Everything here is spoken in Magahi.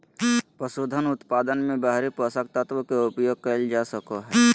पसूधन उत्पादन मे बाहरी पोषक तत्व के उपयोग कइल जा सको हइ